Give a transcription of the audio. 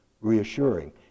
reassuring